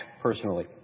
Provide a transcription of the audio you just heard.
personally